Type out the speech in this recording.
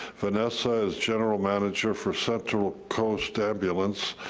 vanessa is general manager for central coast ambulance,